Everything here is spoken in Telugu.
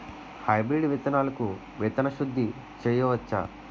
హైబ్రిడ్ విత్తనాలకు విత్తన శుద్ది చేయవచ్చ?